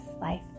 life